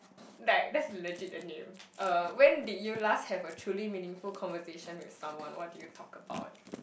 like that's legit the name uh when did you last have a truly meaningful conversation with someone what did you talk about